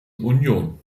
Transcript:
union